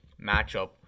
matchup